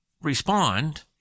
respond